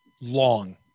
long